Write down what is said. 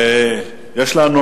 יש לנו